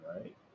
right